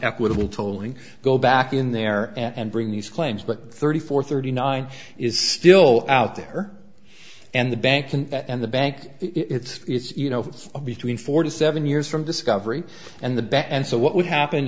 equitable tolling go back in there and bring these claims but thirty four thirty nine is still out there and the bank and the bank it's you know between four to seven years from discovery and the bet and so what would happen